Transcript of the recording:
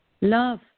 Love